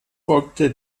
folgte